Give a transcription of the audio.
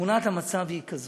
תמונת המצב היא כזאת: